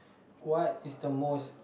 what is the most